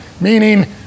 meaning